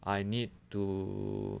I need to